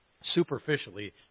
Superficially